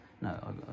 no